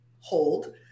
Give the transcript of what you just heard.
hold